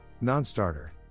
Non-starter